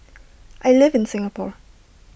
I live in Singapore